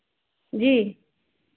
जी